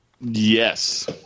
yes